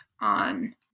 on